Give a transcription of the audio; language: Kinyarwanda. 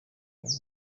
ubu